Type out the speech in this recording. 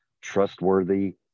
trustworthy